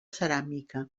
ceràmica